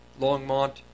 Longmont